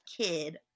kid